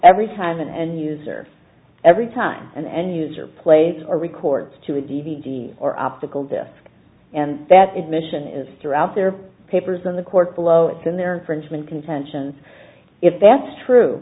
every time an end user every time an end user plays or records to a d v d or optical disk and that is mission is throughout their papers in the court below it's in their infringement contention if that's true